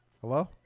hello